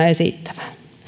esittävän